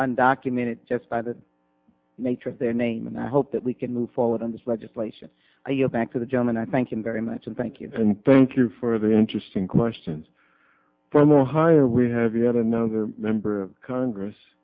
undocumented just by the matrix their name and i hope that we can move forward on this legislation i go back to the german i thank you very much and thank you and thank you for the interesting questions from ohio we have the other another member of congress